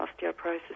osteoporosis